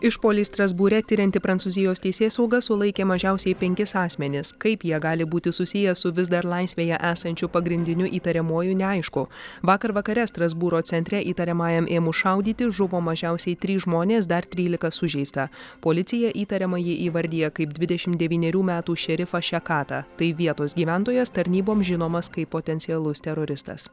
išpuolį strasbūre tirianti prancūzijos teisėsauga sulaikė mažiausiai penkis asmenis kaip jie gali būti susiję su vis dar laisvėje esančiu pagrindiniu įtariamuoju neaišku vakar vakare strasbūro centre įtariamajam ėmus šaudyti žuvo mažiausiai trys žmonės dar trylika sužeista policija įtariamąjį įvardija kaip dvidešim devynerių metų šerifą šekatą tai vietos gyventojas tarnyboms žinomas kaip potencialus teroristas